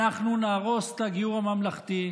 אנחנו נהרוס את הגיור הממלכתי.